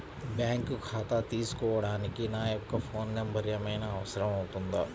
Bank ఖాతా తీసుకోవడానికి నా యొక్క ఫోన్ నెంబర్ ఏమైనా అవసరం అవుతుందా?